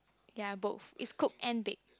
ya both is cook and bake